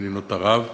מדינות ערב.